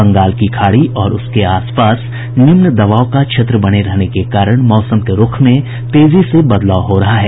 बंगाल की खाड़ी और उसके आस पास निम्न दबाव का क्षेत्र बने रहने के कारण मौसम के रूख में तेजी से बदलाव हो रहा है